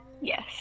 Yes